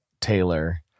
Taylor